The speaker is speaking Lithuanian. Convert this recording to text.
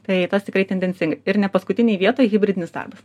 tai tas tikrai tendencingai ir nepaskutinėj vietoj hibridinis darbas